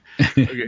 Okay